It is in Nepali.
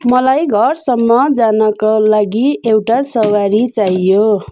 मलाई घरसम्म जानका लागि एउटा सवारी चाहियो